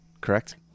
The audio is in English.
correct